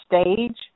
stage